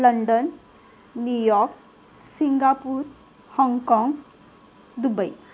London New York Singapore Hong Kong Dubai